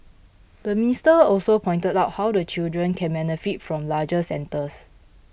the minister also pointed out how the children can benefit from larger centres